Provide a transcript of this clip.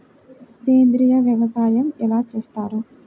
సేంద్రీయ వ్యవసాయం ఎలా చేస్తారు?